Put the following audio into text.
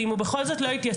ואם הוא בכל לא התייצב,